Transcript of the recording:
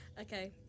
okay